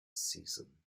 season